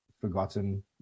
forgotten